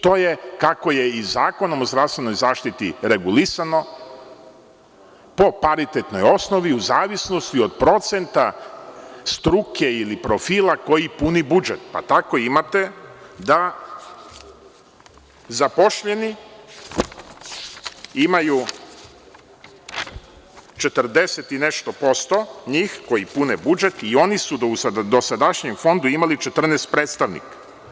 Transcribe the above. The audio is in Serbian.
To je, kako je i Zakonom o zdravstvenoj zaštiti regulisano, po paritetnoj osnovi u zavisnosti od procenta struke ili profila koji puni budžet, pa tako imate da zaposleni imaju 40 i nešto posto njih koji pune budžet i oni su u dosadašnjem Fondu imali 14 predstavnika.